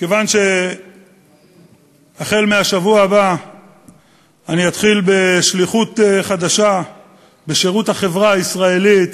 מכיוון שהחל מהשבוע הבא אני אתחיל בשליחות חדשה בשירות החברה הישראלית,